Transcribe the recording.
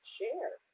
share